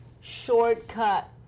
shortcut